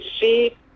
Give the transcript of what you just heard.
see